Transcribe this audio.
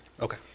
Okay